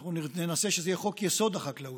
וננסה שזה יהיה חוק-יסוד: החקלאות,